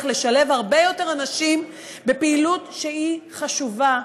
לשלב הרבה יותר אנשים בפעילות שהיא חשובה,